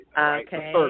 Okay